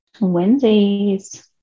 Wednesdays